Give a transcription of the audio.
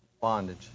bondage